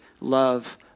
love